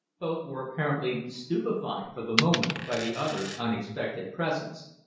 both were apparently stupefied for the moment by the other's unexpected presence.